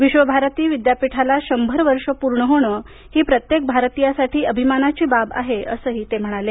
विश्वभारती विद्यापीठाला शंभर वर्षं पूर्ण होणं ही प्रत्येक भारतीयासाठी अभिमानाची बाब आहे असं ते म्हणाले